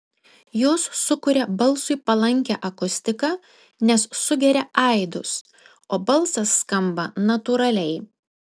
jos sukuria balsui palankią akustiką nes sugeria aidus o balsas skamba natūraliai